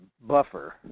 buffer